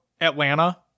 Atlanta